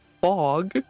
fog